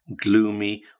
gloomy